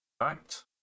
right